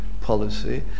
policy